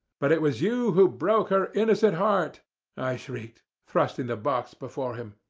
but it was you who broke her innocent heart i shrieked thrusting the box before him.